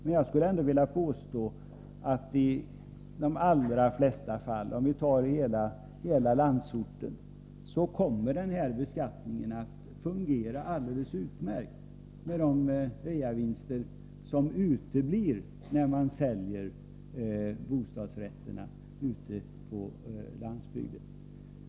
Men jag skulle ändå vilja påstå att i de allra flesta fall — om vi ser till hela landet — så kommer den här beskattningen att fungera alldeles utmärkt, eftersom reavinsten oftast uteblir när man säljer en bostadsrätt på landsbygden.